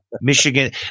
Michigan